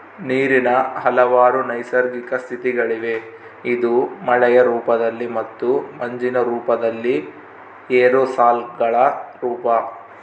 ನೀರಿನ ಹಲವಾರು ನೈಸರ್ಗಿಕ ಸ್ಥಿತಿಗಳಿವೆ ಇದು ಮಳೆಯ ರೂಪದಲ್ಲಿ ಮತ್ತು ಮಂಜಿನ ರೂಪದಲ್ಲಿ ಏರೋಸಾಲ್ಗಳ ರೂಪ